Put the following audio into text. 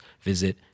visit